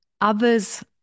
others